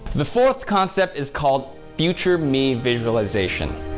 the fourth concept is called future me visualization,